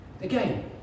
Again